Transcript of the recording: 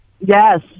yes